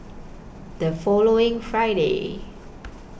The following Friday